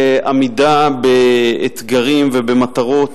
לעמידה באתגרים ובמטרות.